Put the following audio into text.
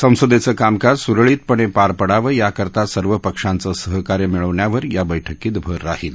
संसदेचं कामकाज सुरळीत पार पडावं याकरता सर्व पक्षांचं सहकार्य मिळवण्यावर या बैठकीत भर राहील